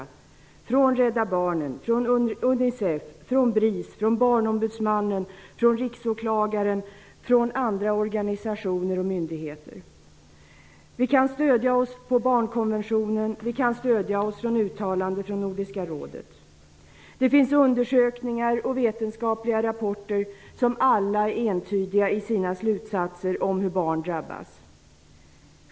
De har framförts från Rädda barnen, från Unicef, från BRIS, från Barnombudsmannen, från riksåklagaren samt från andra organisationer och myndigheter. Vi kan stödja oss på barnkonventionen och på uttalanden från Nordiska rådet. Det finns undersökningar och vetenskapliga rapporter som alla är entydiga i sina slutsatser om hur barn drabbas.